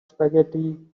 spaghetti